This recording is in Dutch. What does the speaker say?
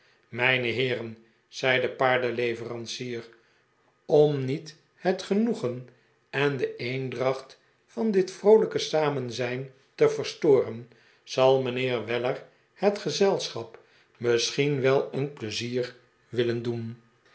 mijne heeren zei de paardenleverancier om niet het genoegen en de eendracht van dit vroolijke samenzijn te verstoren zal mijnheer weller het gezelschap misschien wel een pleizier willen doen